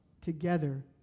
together